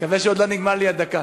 אני מקווה שעוד לא נגמרה לי הדקה.